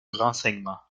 renseignement